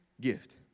gift